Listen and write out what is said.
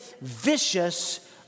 vicious